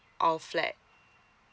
our flat